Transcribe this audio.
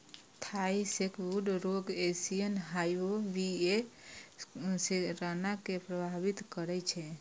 Thai sacbrood रोग Asian hive bee A cerana कें प्रभावित करै छै